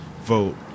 vote